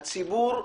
הציבור,